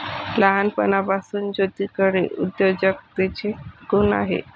लहानपणापासून ज्योतीकडे उद्योजकतेचे गुण आहेत